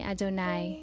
Adonai